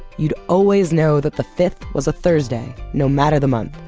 you'd always know that the fifth was a thursday, no matter the month.